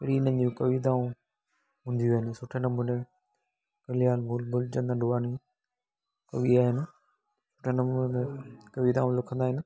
अहिड़ी हिननि जी कविताऊं हूंदियूं आहिनि सुठे नमूने कल्याण मूल मूलचंद अडवाणी कवि आहिनि सुठे नमूने कविताऊं लिखंदा आहिनि